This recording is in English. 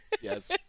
Yes